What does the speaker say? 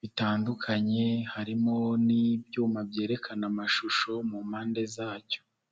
bitandukanye, harimo n'ibyuma byerekana amashusho, mu mpande zacyo.